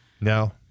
No